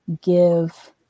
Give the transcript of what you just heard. give